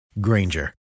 Granger